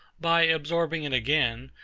by absorbing it again,